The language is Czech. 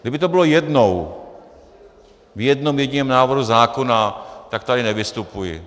Kdyby to bylo jednou, v jednom jediném návrhu zákona, tak tady nevystupuji.